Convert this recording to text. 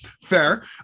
fair